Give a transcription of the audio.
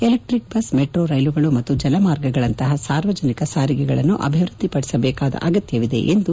electric bus metro ರೈಲುಗಳು ಮತ್ತು ಜಲಮಾರ್ಗಗಳಂತಹ ಸಾರ್ವಜನಿಕ ಸಾರಿಗೆಗಳನ್ನು ಅಭಿವೃದ್ಧಿ ಪಡಿಸಬೇಕಾದ ಅಗತ್ಯವಿದೆ ಎಂದು ಸಚಿವರು ನುಡಿದರು